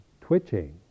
twitching